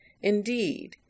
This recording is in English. Indeed